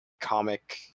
comic